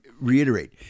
reiterate